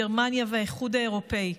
גרמניה והאיחוד האירופי,